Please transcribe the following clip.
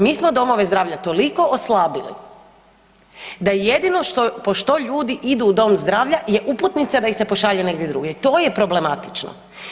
Mi smo domove zdravlja toliko oslabili da je jedino po što ljudi idu u dom zdravlja je uputnica da ih se pošalje negdje drugdje i to je problematično.